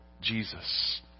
Jesus